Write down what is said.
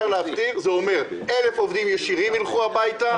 אומר: 1,000 עובדים ישירים ילכו הביתה,